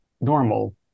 normal